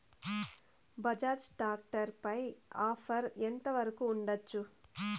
Bajaj tractor పై offer ఎంత వరకు ఉండచ్చు?